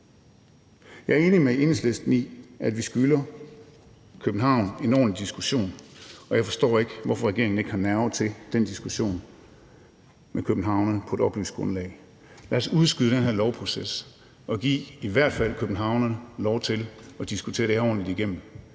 Jeg er enig med Enhedslisten i, at vi skylder København en ordentlig diskussion, og jeg forstår ikke, hvorfor regeringen ikke har nerver til den diskussion med københavnerne på et oplyst grundlag. Lad os udskyde den her lovproces og i hvert fald give københavnerne lov til at diskutere det her ordentligt igennem.